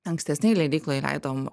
ankstesnėj leidykloj leidom